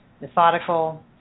Methodical